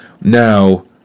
Now